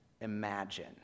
imagine